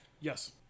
Yes